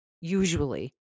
usually